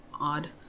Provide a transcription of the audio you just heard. odd